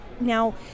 now